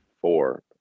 four